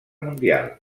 mundial